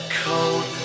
cold